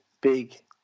big